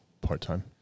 part-time